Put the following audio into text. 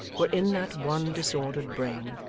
were in that one disordered brain,